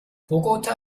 bogotá